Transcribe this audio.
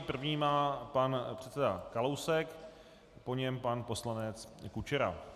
První má pan předseda Kalousek, po něm pan poslanec Kučera.